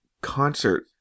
concert